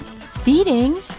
Speeding